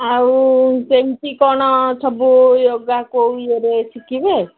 ଆଉ ସେମିତି କ'ଣ ସବୁ ୟୋଗା କେଉଁ ଇଏରେ ଶିଖିବେ